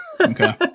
Okay